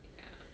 ya